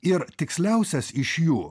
ir tiksliausias iš jų